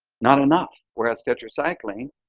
not enough. whereas tetracycline,